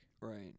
Right